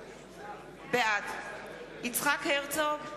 בעד יצחק הרצוג,